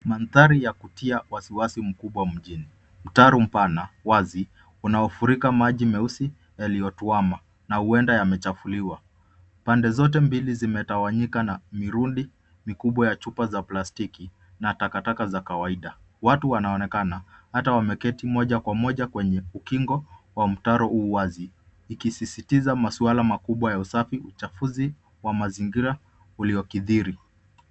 Mandhari ya kutia wasiwasi mkubwa mjijini. Mtaro mpana wazi, unaofurika maji meusi yaliyotuama, na huenda yamechafuliwa. Pande zote mbili zimetawanyika na mirundi mikubwa ya chupa za plastiki, na takataka za kawaida. Watu wanaonekana, ata wameketi moja kwa moja kwenye ukingo wa mtaro huu wazi, ikisisitiza maswala makubwa ya usafi, uchafuzi wa mazingira uliokithiri.